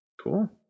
Cool